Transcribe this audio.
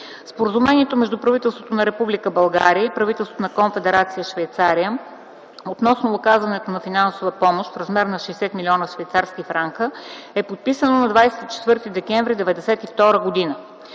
Споразумението между правителството на Република България и правителството на Конфедерация Швейцария относно оказването на финансова помощ в размер на 60 млн. швейцарски франка е подписано на 24 декември 1992 г.